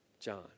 John